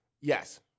Yes